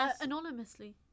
anonymously